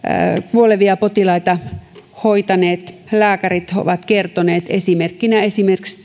kuolevia potilaita hoitaneet lääkärit ovat kertoneet esimerkiksi